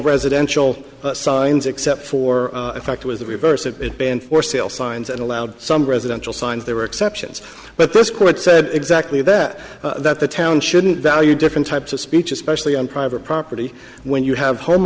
residential signs except for effect was the reverse that it banned for sale signs and allowed some residential signs there were exceptions but this court said exactly that that the town shouldn't value different types of speech especially on private property when you have home